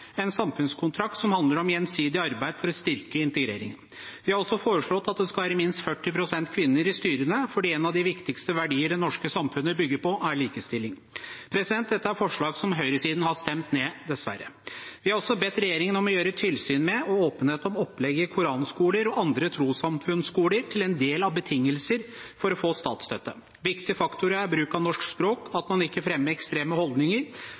en samfunnskontrakt som handler om gjensidig arbeid for å styrke integreringen. Vi har også foreslått at det skal være minst 40 pst. kvinner i styrene, fordi en av de viktigste verdier det norske samfunnet bygger på, er likestilling. Dette er forslag som høyresiden dessverre har stemt ned. Vi har også bedt regjeringen om å gjøre tilsyn med og åpenhet om opplegget i koranskoler og andre trossamfunnsskoler til en del av betingelsene for å få statsstøtte. Viktige faktorer er bruk av norsk språk og at man ikke fremmer ekstreme holdninger